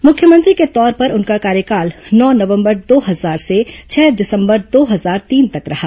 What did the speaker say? मुख्यमंत्री के तौर पर उनका कार्यकाल नौ नवंबर दो हजार से छह दिसंबर दो हजार तीन तक रहा